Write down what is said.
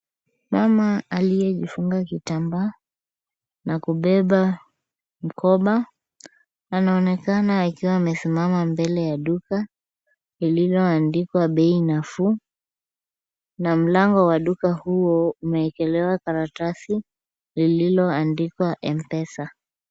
Mama aliyejifunga kitambaa na kubeba mkoba, anaonekana akiwa amesimama mbele ya duka lililoandikwa Bei Nafuu, na mlango wa duka huo umeekelewa karatasi lililoandikwa M-Pesa.